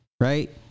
right